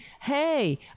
hey